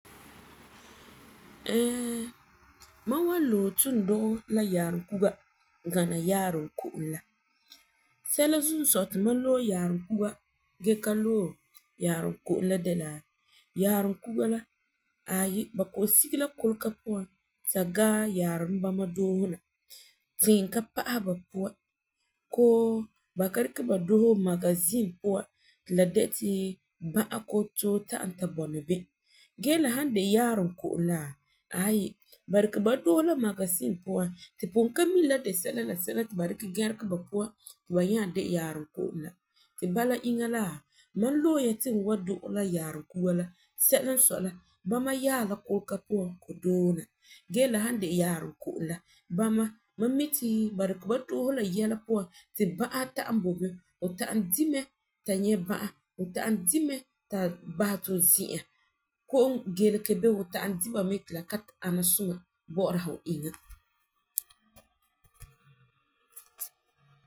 Ɛɛ, mam wan lo'e ti n dugɛ la yaarum kuga gana yaarum ko'om sɛla zuo n sɔi ti ma lo'e yaarum kuga gee ka lo'e yaarum ko'om la de la, yaarum kuga la aayi ba koo sige la kolega puan ta gaa yaarum bama doona tiim ka pa'asɛ ba puan koo ba ka dikɛ ba doose magasin puan ti la ti la de ti bã'a koo too ta'am ta bɔna bini. Gee la han de yaarum ko'om la aayi ba dikɛ ba doose la magasin puan tu pugum ka mi la de sɛla la sɛla ti ba dikɛ gerige ba puan ti ba nyaa de yaarum ko'om la ti bala iŋa la, mam lo'e ya ti n wan dugɛ la yaarum kuga la sɛla n sɔi la bama yaa la kolega puan doona gee la san de yaarum ko'om la bama mam mi ti ba dikɛ ba doose la yɛla puan ti ba'asi.